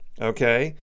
okay